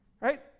Right